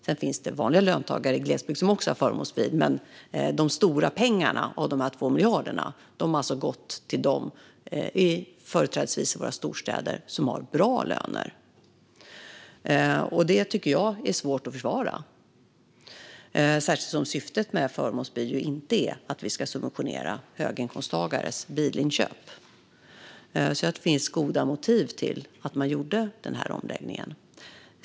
Sedan finns det vanliga löntagare i glesbygd som också har förmånsbil, men de stora pengarna, den stora delen av dessa 2 miljarder, har alltså gått till dem i företrädesvis våra storstäder som har bra löner. Det tycker jag är svårt att försvara, särskilt som syftet med förmånsbil ju inte är att vi ska subventionera höginkomsttagares bilinköp. Jag tycker alltså att det finns goda motiv till att man gjorde den här omläggningen.